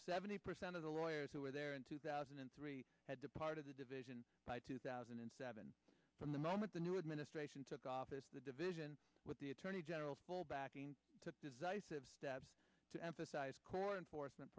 seventy percent of the lawyers who were there in two thousand and three had departed the division by two thousand and seven from the moment the new administration took office the division with the attorney general's full backing to step to emphasize core enfor